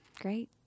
Great